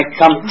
come